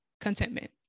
contentment